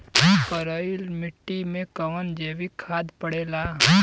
करइल मिट्टी में कवन जैविक खाद पड़ेला?